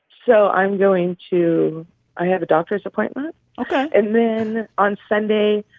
so i'm going to i have a doctor's appointment ok and then on sunday,